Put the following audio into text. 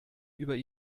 über